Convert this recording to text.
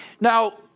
Now